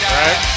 right